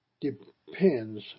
depends